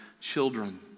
children